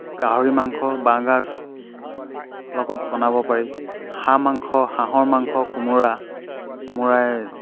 গাহৰি মাংস বাঁহগাজ লগত বনাব পাৰি হাঁহ মাংস হাঁহৰ মাংস কোমোৰা কোমোৰাই